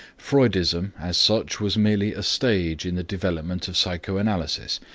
freudism as such was merely a stage in the development of psychoanalysis,